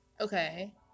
Okay